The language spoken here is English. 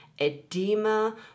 edema